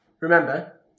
Remember